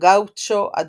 "הגאוצ'ו הדוהר",